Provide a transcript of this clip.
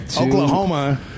Oklahoma